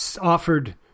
offered